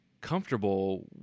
comfortable